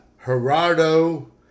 Gerardo